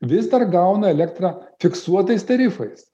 vis dar gauna elektrą fiksuotais tarifais